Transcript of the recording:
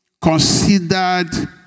Considered